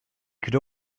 could